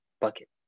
bucket